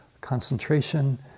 concentration